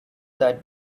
that